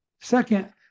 Second